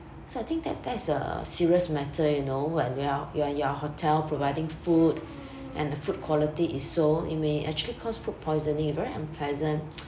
so I think that that is a serious matter you know when we are you are you are hotel providing food and the food quality is so it may actually cause food poisoning it's very unpleasant